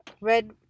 red